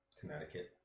Connecticut